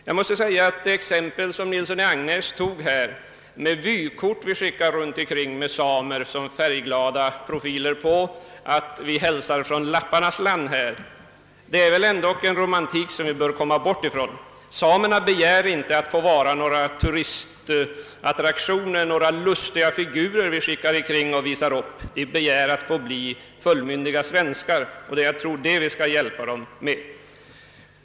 Jag måste säga att det exempel som herr Nilsson i Agnäs tog, när han talade om färgglada vykort med samer som vi skickar runt som hälsning från »lapparnas land», är väl ändå uttryck för en romantik som vi bör komma bort från. Samerna begär inte att få vara några turistattraktioner, några lustiga figurer som vi skickar omkring och visar upp. Nej, de begär att få bli fullmyndiga svenskar, och det är som sagt detta vi skall hjälpa dem med.